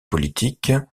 politique